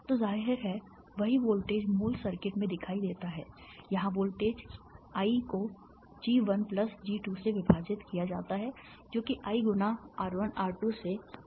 तो जाहिर है वही वोल्टेज मूल सर्किट में दिखाई देता है यहाँ वोल्टेज I को G 1 प्लस G 2 से विभाजित किया जाता है जो कि I गुणा R 1 R 2 से R 1 प्लस R 2 है